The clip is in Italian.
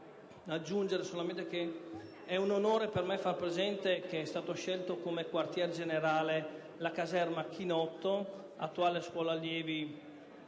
È un onore per me far presente che è stato scelto come quartier generale la caserma Chinotto, attuale scuola allievi